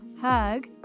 hug